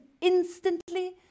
instantly